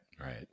right